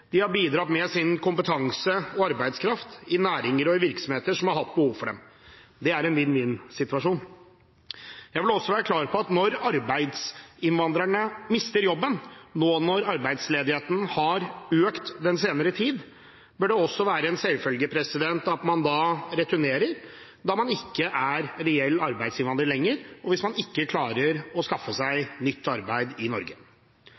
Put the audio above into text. med sin kompetanse og arbeidskraft i næringer og virksomheter som har hatt behov for dem. Det er en vinn-vinn-situasjon. Jeg vil også være klar på at når arbeidsinnvandrerne mister jobben nå når arbeidsledigheten har økt den senere tid, bør det være en selvfølge at man returnerer, da man ikke er reell arbeidsinnvandrer lenger hvis man ikke klarer å skaffe seg nytt arbeid i Norge.